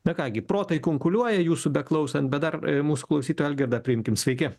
na ką gi protai kunkuliuoja jūsų beklausant bet dar mūsų klausytoją algirdą priimkim sveiki